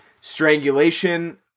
strangulation